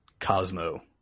Cosmo